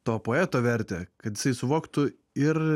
to poeto vertę kad jisai suvoktų ir